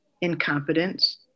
incompetence